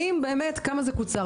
כמה זה קוצר,